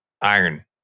Iron